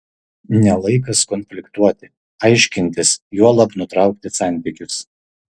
ne laikas konfliktuoti aiškintis juolab nutraukti santykius